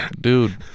Dude